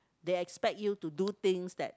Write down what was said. they expect you to do things that